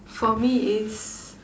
for me is